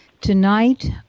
Tonight